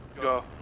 Go